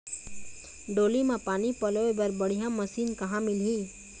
डोली म पानी पलोए बर बढ़िया मशीन कहां मिलही?